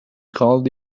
called